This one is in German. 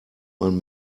man